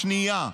השנייה,